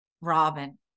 Robin